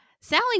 Sally